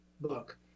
book